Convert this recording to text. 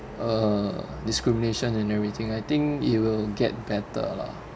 uh discrimination and everything I think it will get better lah